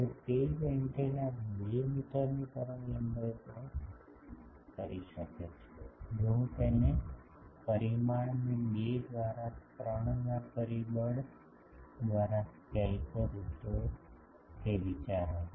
હવે તે જ એન્ટેના 2 મીટરની તરંગલંબાઇ પર કરી શકે છે જો હું તેના પરિમાણને 2 દ્વારા 3 ના પરિબળ દ્વારા સ્કેલ કરું તો તે વિચાર હતો